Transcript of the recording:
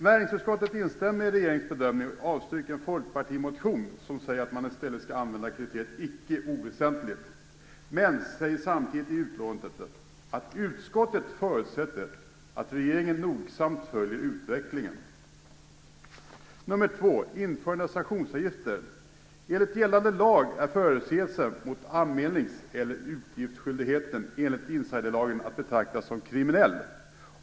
Näringsutskottet instämmer i regeringens bedömning och avstyrker en folkpartimotion där det sägs att man i stället skulle använda kriteriet "icke oväsentligt". Utskottet skriver dock samtidigt att man utgår från att regeringen nogsamt följer utvecklingen. Det andra momentet är införande av sanktionsavgifter. Enligt gällande lag är förseelser mot anmälnings eller uppgiftsskyldigheten enligt insiderlagen att betrakta som kriminellt.